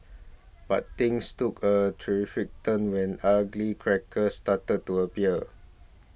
but things took a terrifying turn when ugly crackers started to appear